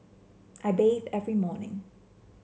I bathe every morning